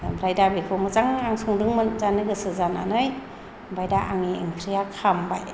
ओमफ्राय दा आं बेखौ मोजां संदोंमोन जानो गोसो जानानै ओमफ्राय दा आंनि ओंख्रिया खामबाय